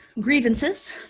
grievances